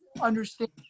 understand